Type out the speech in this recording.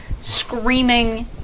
screaming